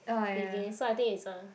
begins so I think it's a